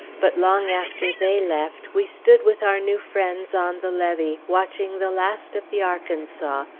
but long after they left, we stood with our new friends on the levee watching the last of the arkansas,